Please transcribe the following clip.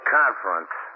conference